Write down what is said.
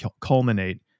culminate